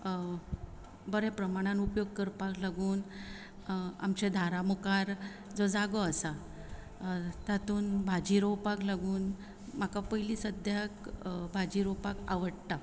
बरे प्रमाणान उपयोग करपाक लागून आमच्या दारा मुखार जो जागो आसा तातूंत भाजी रोवपाक लागून म्हाका पयली सद्याक भाजी रोवपाक आवडटा